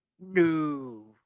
No